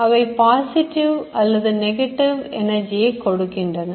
அவை பாசிட்டிவ் அல்லது நெகட்டிவ் எனர்ஜியை கொடுக்கின்றன